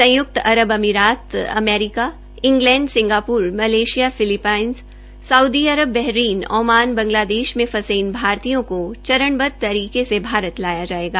संयुक्त अरब अमीरात America England Singapore Malaysia Philippines Saudi Arab Bahrain Oman Bangladesh में फंसे इन भारतीयों को चरणबदव तरीके से भारत लाया जायेगा